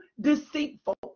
deceitful